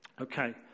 Okay